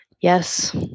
yes